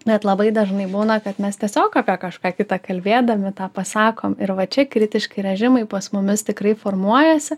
net labai dažnai būna kad mes tiesiog apie kažką kitą kalbėdami tą pasakom ir va čia kritiški režimai pas mumis tikrai formuojasi